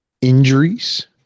injuries